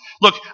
Look